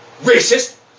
racist